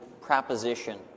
proposition